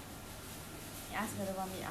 he ask whether want to meet after